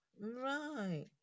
Right